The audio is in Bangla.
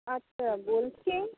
আচ্ছা বলছি